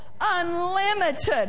unlimited